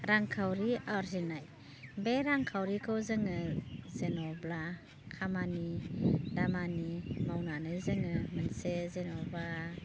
रांखावरि आरजिनाय बे रांखावरिखौ जोङो जेनेब्ला खामानि दामानि मावनानै जोङो मोनसे जेनेबा